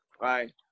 right